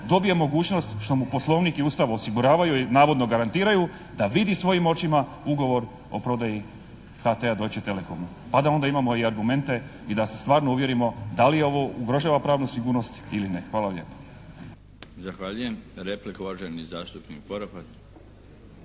dobije mogućnost što mu Poslovnik i Ustav osiguravaju i navodno garantiraju da vidi svojim očima ugovor o prodaji HT-a Deutsche Telekomu. Pa da onda imamo i argumente i da se stvarno uvjerimo da li ovo ugrožava pravnu sigurnost ili ne. Hvala lijepo.